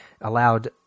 allowed